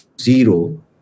zero